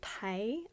pay